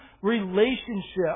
relationship